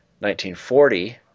1940